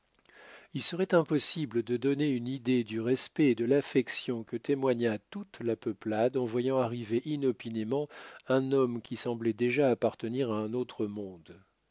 il serait impossible de donner une idée du respect et de l'affection que témoigna toute la peuplade en voyant arriver inopinément un homme qui semblait déjà appartenir à un autre monde